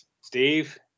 Steve